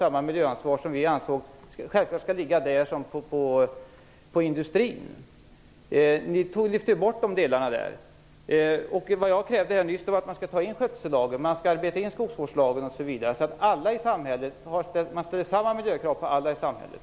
Vi anser att samma miljöansvar självklart bör ligga där som på industrin. Ni lyfte bort de delarna. Vad jag krävde nyss var att man skall ta in skötsellagen, skogsvårdslagen osv. så att samma miljökrav ställs på alla i samhället.